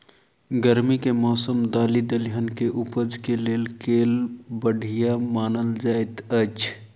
गर्मी केँ मौसम दालि दलहन केँ उपज केँ लेल केल बढ़िया मानल जाइत अछि?